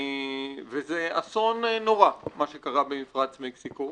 וזה אסון נורא, מה שקרה במפרץ מקסיקו.